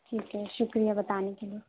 ٹھیک ہے شُکریہ بتانے کے لیے